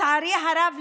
לצערי הרב,